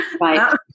Right